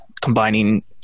combining